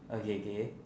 okay K